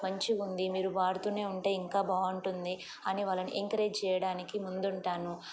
మంచిగుంది మీరు వాడుతూనే ఉంటే ఇంకా బాగుంటుంది అని వాళ్ళని ఎంకరేజ్ చేయడానికి ముందుంటాను